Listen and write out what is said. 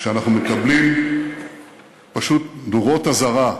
שאנחנו מקבלים פשוט נורות אזהרה,